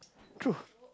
truth